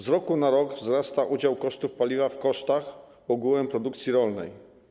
Z roku na rok wzrasta udział kosztów paliwa w kosztach ogółem produkcji rolnej.